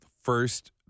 first